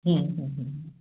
হ্যাঁ হ্যাঁ হ্যাঁ